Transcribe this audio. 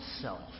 self